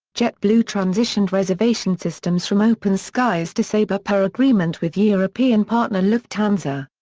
jetblue transitioned reservation systems from openskies to sabre per agreement with european partner lufthansa.